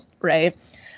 right